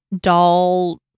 doll